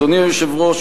אדוני היושב-ראש,